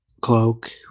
Cloak